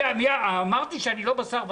אני אמרתי שאני לא בשר ודם?